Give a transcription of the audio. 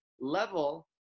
level